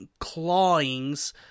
clawings